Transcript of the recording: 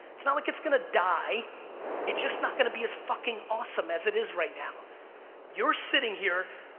it's not like it's gonna die it's just not gonna be as fucking awesome as it is, right now you're sitting here.